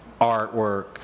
artwork